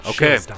Okay